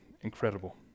incredible